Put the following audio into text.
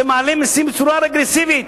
אתם מעלים מסים בצורה רגרסיבית.